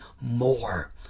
more